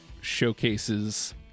showcases